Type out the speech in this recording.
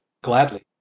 Gladly